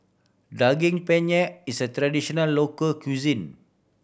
Daging Penyet is a traditional local cuisine